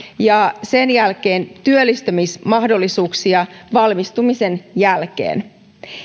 ja sen jälkeen työllistymismahdollisuuksia valmistumisen jälkeen